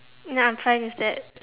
ya I'm fine with that